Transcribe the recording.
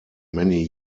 many